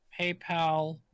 paypal